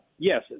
Yes